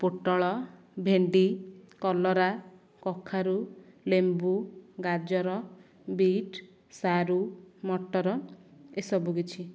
ପୋଟଳ ଭେଣ୍ଡି କଲରା କଖାରୁ ଲେମ୍ବୁ ଗାଜର ବିଟ୍ ସାରୁ ମଟର ଏ ସବୁକିଛି